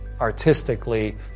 artistically